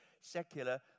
Secular